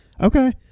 okay